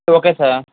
okay sir